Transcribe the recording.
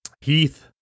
Heath